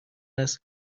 است